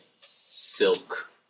silk